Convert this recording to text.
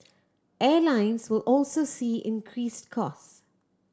airlines will also see increased cost